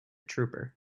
trooper